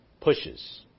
pushes